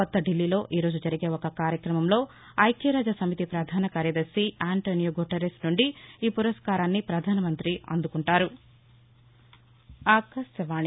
కొత్త ఢిల్లీలో ఈ రోజు జరిగే ఒక కార్యక్రమంలో ఐక్యరాజ్యసమితి పధాస కార్యదర్శి ఆంటోనియా గుట్టెరన్ నుండి ఈ పురస్కారాన్ని పధానమంతి అందుకుంటారు